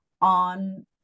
on